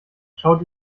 schaut